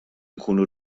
nkunu